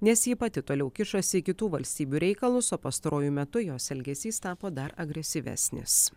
nes ji pati toliau kišasi į kitų valstybių reikalus o pastaruoju metu jos elgesys tapo dar agresyvesnis